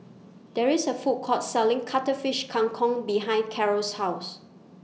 There IS A Food Court Selling Cuttlefish Kang Kong behind Karel's House